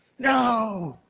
no.